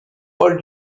paul